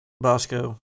Bosco